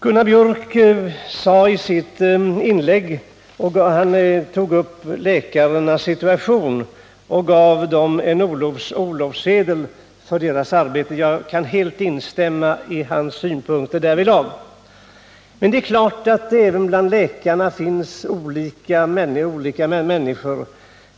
Gunnar Biörck i Värmdö tog i sitt inlägg upp läkarnas situation och gav dem en orlovssedel för deras arbete. Jag kan helt instämma i hans synpunkter därvidlag. Men det är klart att det även bland läkarna finns olika människor.